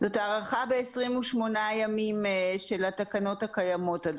הארכה ב-28 ימים של התקנות הקיימות.